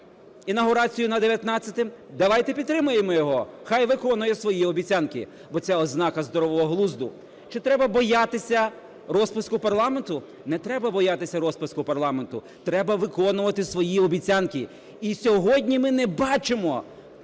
інаугурацію на 19-е - давайте підтримаємо його, хай виконує свої обіцянки, бо це ознака здорового глузду. Чи треба боятися розпуску парламенту? Не треба боятися розпуску парламенту, треба виконувати свої обіцянки. І сьогодні ми не бачимо